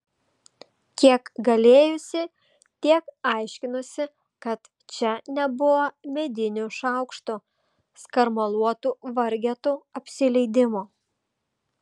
kiek galėjusi tiek aiškinusi kad čia nebuvo medinių šaukštų skarmaluotų vargetų apsileidimo